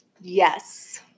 Yes